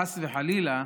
חס וחלילה,